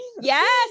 yes